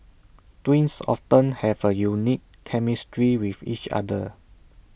twins often have A unique chemistry with each other